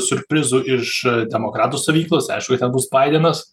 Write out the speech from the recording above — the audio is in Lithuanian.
siurprizu iš demokratų stovyklos aišku ten bus baidenas